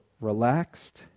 relaxed